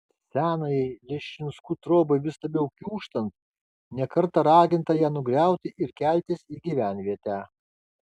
senajai leščinskų trobai vis labiau kiūžtant ne kartą raginta ją nugriauti ir keltis į gyvenvietę